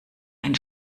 ein